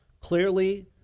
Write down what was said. clearly